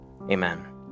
Amen